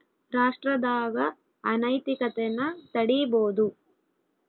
ರಾಷ್ಟ್ರದಾಗ ಅನೈತಿಕತೆನ ತಡೀಬೋದು